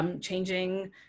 changing